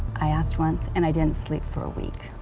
i asked once and i didn't sleep for a week.